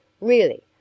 Really